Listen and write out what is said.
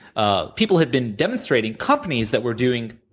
ah people had been demonstrating companies that were doing